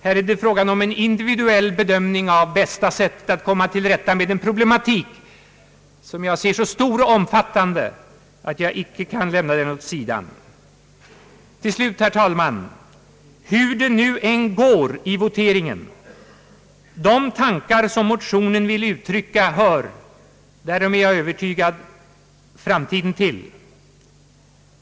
Här är det fråga om en individuell bedömning av det bästa sättet att komma till rätta med en problematik som jag ser så stor och omfattande att jag inte kan lämna den åt sidan. Herr talman! Hur det nu än går i voteringen, vill jag säga att jag är Övertygad om att de tankar, som kommit till uttryck i motionen, hör framtiden till.